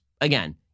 again